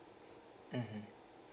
mmhmm